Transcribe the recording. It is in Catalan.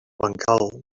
bancal